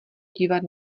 dívat